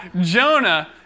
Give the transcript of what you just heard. Jonah